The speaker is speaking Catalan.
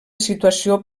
situació